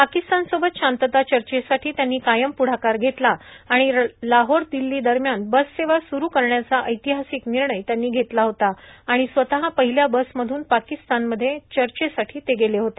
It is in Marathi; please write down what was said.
पाकिस्तान सोबत शांतता चर्चेसाठी त्यांनी कायम पुढाकार घेतला आणि लाहोर दिल्ली दरम्यान बस सेवा सुरू करण्याचा ऐतिहासिक निर्णय त्यांनी घेतला होता आणि स्वतः पहिल्या बस मधून पाकिस्तान मध्ये चर्चेसाठी ते गेले होते